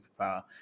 superpower